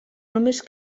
només